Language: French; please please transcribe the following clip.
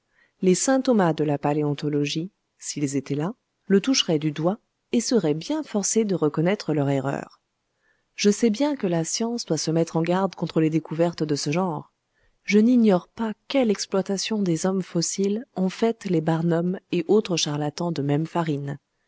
les saint thomas de la paléontologie s'ils étaient là le toucheraient du doigt et seraient bien forcés de reconnaître leur erreur je sais bien que la science doit se mettre en garde contre les découvertes de ce genre je n'ignore pas quelle exploitation des hommes fossiles ont faite les barnum et autres charlatans de même farine